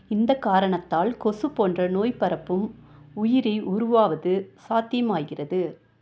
இந்த காரணத்தால் கொசு போன்ற நோய் பரப்பும் உயிரி உருவாவது சாத்தியமாகிறது